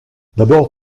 d’abord